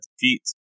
defeat